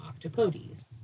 octopodes